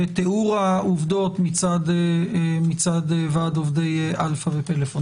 נציגים של ועדי העובדים אלפא ופלאפון.